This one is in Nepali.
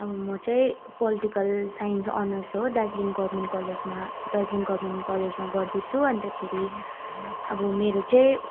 अब म चाहिँ पेलिटिकल साइन्स अनर्स हो दार्जिलिङ गभर्मेन्ट कलेजमा दार्जिलिङ गभर्मेन्ट कलेजमा गर्दैछु अन्तखेरि अब मेरो चाहिँ